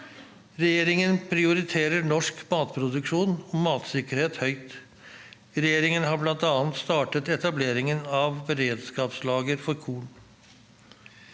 Regjeringen prioriterer norsk matproduksjon og matsikkerhet høyt. Regjeringen har bl.a. startet etableringen av beredskapslager for korn.